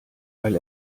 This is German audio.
weil